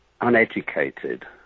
uneducated